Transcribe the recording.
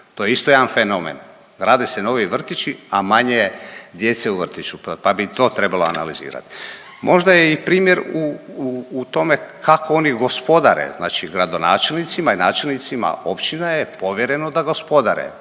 To je isto jedan fenomen, rade se novi vrtići, a manje je djece u vrtiću pa bi to trebalo analizirati. Možda je i primjer u tome kako oni gospodare. Znači gradonačelnicima i načelnicima općine je povjereno da gospodare.